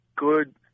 good